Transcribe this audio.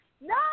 No